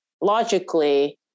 logically